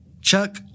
Chuck